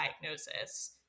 diagnosis